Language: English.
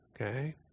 okay